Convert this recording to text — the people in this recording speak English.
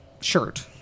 shirt